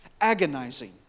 agonizing